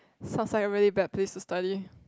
sounds like really a bad place to study